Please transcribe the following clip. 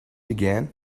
began